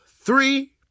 three